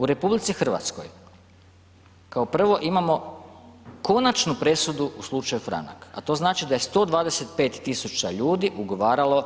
U RH kao prvo imamo konačnu presudu u slučaju Franak a to znači da je 125 000 ljudi ugovaralo